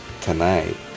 tonight